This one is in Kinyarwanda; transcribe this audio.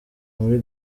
muri